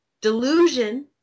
Delusion